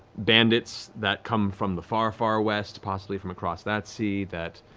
bandits that come from the far far west, possibly from across that sea that